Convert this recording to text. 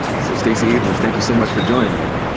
so, stacey abrams, thank you so much for joining me.